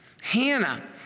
Hannah